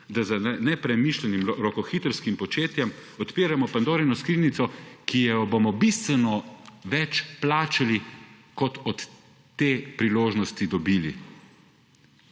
da z nepremišljenim, rokohitrskim početjem odpiramo Pandorino skrinjico, za katero bomo bistveno več plačali, kot od te priložnosti dobili.